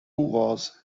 was